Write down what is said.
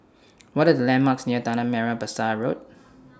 What Are The landmarks near Tanah Merah Besar Road